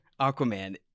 Aquaman